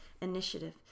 initiative